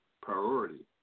priority